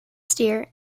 steer